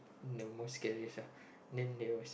the most scariest ah then there was